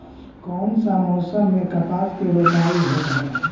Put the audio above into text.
कोन सा मोसम मे कपास के रोपाई होबहय?